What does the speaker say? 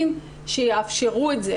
תמריצים שיאפשרו את זה.